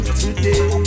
today